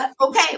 Okay